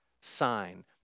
sign